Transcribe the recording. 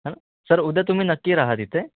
है ना सर उद्या तुम्ही नक्की राहा तिथे